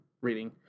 reading